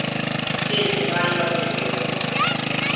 ठीक ऐ ठीक ऐ आइयाओ फ्ही इत्थै आओ